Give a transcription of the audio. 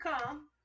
come